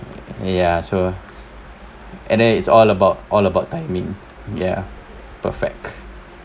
ya so and then is all about all about timing ya perfect